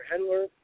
Henler